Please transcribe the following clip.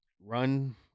run